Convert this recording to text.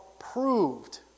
approved